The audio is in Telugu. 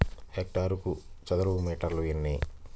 హెక్టారుకు చదరపు మీటర్లు ఎన్ని?